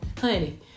honey